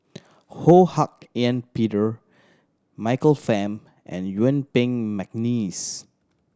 Ho Hak Ean Peter Michael Fam and Yuen Peng McNeice